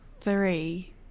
Three